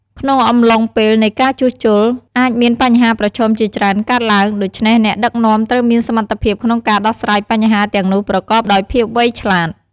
ក្នុងអំឡុងពេលនៃការជួសជុល អាចមានបញ្ហាប្រឈមជាច្រើនកើតឡើង ដូច្នេះអ្នកដឹកនាំត្រូវមានសមត្ថភាពក្នុងការដោះស្រាយបញ្ហាទាំងនោះប្រកបដោយភាពវៃឆ្លាត។